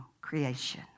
creation